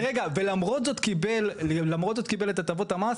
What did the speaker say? מתומחרת בהתאם לערכה כקרקע